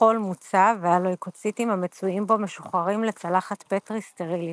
הטחול מוצא והלויקוציטים המצויים בו משוחררים לצלחת פטרי סטרילית.